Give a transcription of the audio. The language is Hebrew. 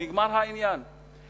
נגמר העניין.